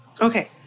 Okay